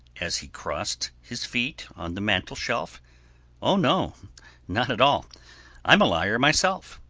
as he crossed his feet on the mantel-shelf o no not at all i'm a liar myself.